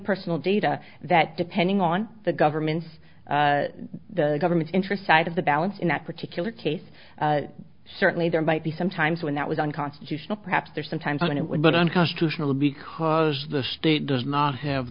personal day lida that depending on the government's the government's interest side of the balance in that particular case certainly there might be some times when that was unconstitutional perhaps there are some times when it would but unconstitutional because the state does not have